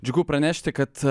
džiugu pranešti kad